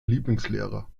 lieblingslehrer